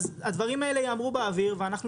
אז הדברים האלה ייאמרו באוויר ואנחנו